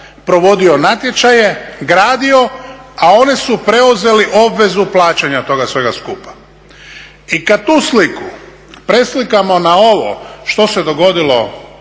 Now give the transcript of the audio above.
provodio natječaje, gradio, a oni su preuzeli obvezu plaćanja toga svega skupa. I kada tu sliku preslikamo na ovo što se dogodilo